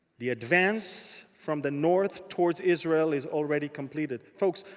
the advance from the north towards israel is already completed. folks,